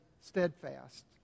steadfast